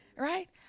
right